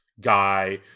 guy